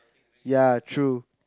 ya true